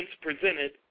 presented